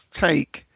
take